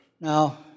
Now